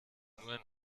nur